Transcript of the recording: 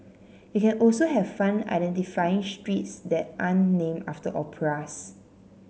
you can also have fun identifying streets that aren't name after operas